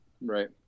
Right